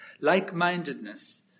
Like-mindedness